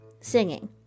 singing